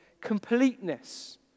completeness